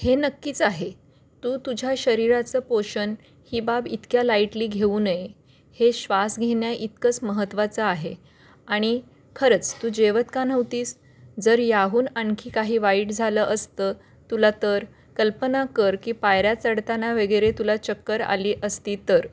हे नक्कीच आहे तू तुझ्या शरीराचं पोषण ही बाब इतक्या लाईटली घेऊ नये हे श्वास घेण्या इतकंच महत्वाचं आहे आणि खरंच तू जेवत का नव्हतीस जर याहून आणखी काही वाईट झालं असतं तुला तर कल्पना कर की पायऱ्या चढताना वगैरे तुला चक्कर आली असती तर